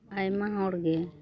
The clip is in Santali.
ᱟᱭᱢᱟ ᱦᱚᱲᱜᱮ